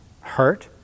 hurt